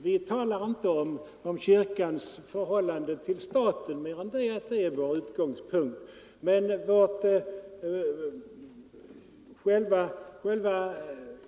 Vi yrkar inte något om kyrkans förhållande till staten i vår motion.